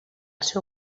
seu